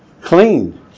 clean